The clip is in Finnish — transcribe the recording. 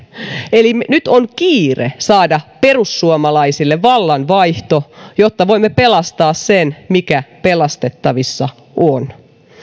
eli nyt on kiire saada perussuomalaisille vallanvaihto jotta voimme pelastaa sen mikä pelastettavissa on